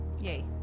Yay